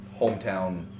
hometown